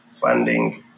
funding